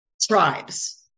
tribes